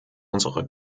unsere